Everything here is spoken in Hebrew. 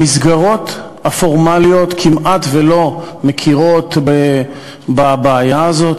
המסגרות הפורמליות כמעט שלא מכירות בבעיה הזאת.